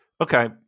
okay